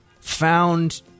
found